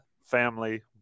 family